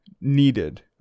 needed